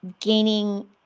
gaining